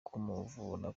kumuvura